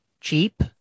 cheap